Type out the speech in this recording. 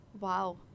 Wow